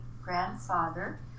grandfather